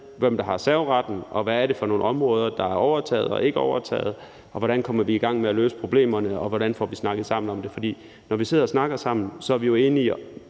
hvem der har serveretten, hvad det er for nogle områder, der er overtaget og ikke er overtaget, hvordan vi kommer i gang med at løse problemerne, og hvordan vi får snakket sammen om det. For når vi sidder og snakker sammen, er vi jo,